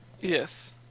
Yes